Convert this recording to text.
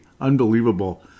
Unbelievable